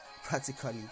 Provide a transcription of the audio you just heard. Practically